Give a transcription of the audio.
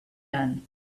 done